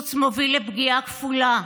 הקיצוץ מוביל לפגיעה כפולה: